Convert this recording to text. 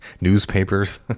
newspapers